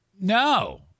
No